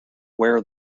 wear